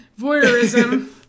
voyeurism